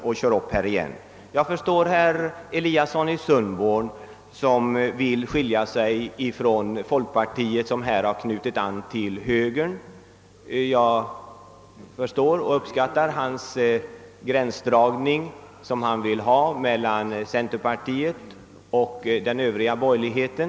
Jag förstår att herr Eliasson i Sundborn vill skilja sig från folkpartiet som här är på samma linje som högern. Jag uppskattar den gränsdragning som han vill göra mellan centerpartiet och den övriga borgerligheten.